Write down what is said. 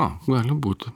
o gali būt